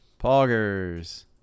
poggers